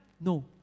No